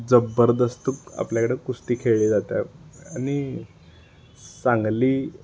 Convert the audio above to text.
जबरदस्त आपल्याकडं कुस्ती खेळली जातात आणि सांगली